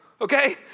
okay